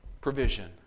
provision